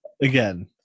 Again